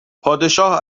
پادشاه